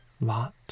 lot